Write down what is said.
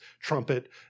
trumpet